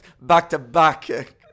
back-to-back